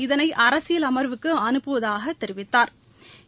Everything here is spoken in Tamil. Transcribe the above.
இதனை அரசியல் அம்வுக்கு அனுப்புவதாகத் தெரிவித்தாா்